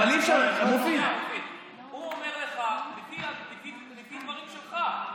אבל אי-אפשר, הוא אומר לך, לפי הדברים שלך: